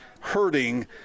hurting